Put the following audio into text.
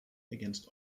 against